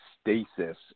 stasis